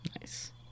Nice